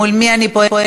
מול מי אני פועלת?